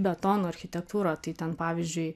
betono architektūrą tai ten pavyzdžiui